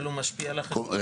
אבל הוא משפיע על החקיקה הזאת.